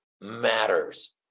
matters